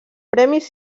premis